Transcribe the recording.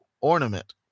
ornament